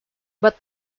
but